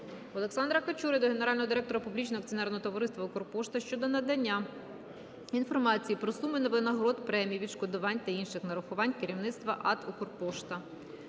Олександра Качури до Генерального директора Публічного акціонерного товариства "Укрпошта" щодо надання інформації про суми винагород, премій, відшкодувань та інших нарахувань керівництва АТ "Укрпошта".